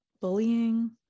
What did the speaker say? bullying